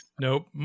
Nope